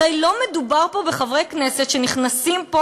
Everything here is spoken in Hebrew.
הרי לא מדובר פה בחברי כנסת שנכנסים פה